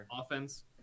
offense